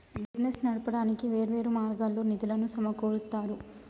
business నడపడానికి వేర్వేరు మార్గాల్లో నిధులను సమకూరుత్తారు